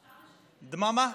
דממה,